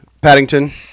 Paddington